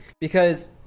because-